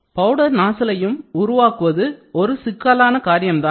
powder நாசிலையும் உருவாக்குவது ஒரு சிக்கலான காரியமே